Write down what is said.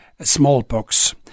smallpox